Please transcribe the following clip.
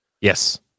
Yes